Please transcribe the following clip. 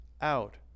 out